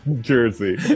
jersey